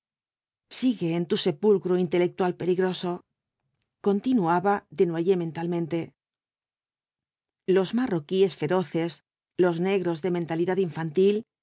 sigue en tu sepulcro intelectual peligroso continuaba desnoyers mentalmente los marroquíes feroces los negros de mentalidad infantil